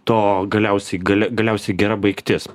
to galiausiai gali galiausiai gera baigtis